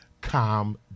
calm